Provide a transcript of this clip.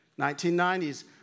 1990s